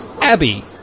Abby